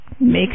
make